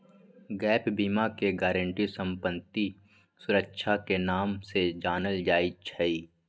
gap बीमा के guarantee संपत्ति सुरक्षा के नाम से जानल जाई छई